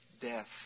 death